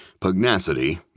pugnacity